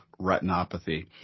retinopathy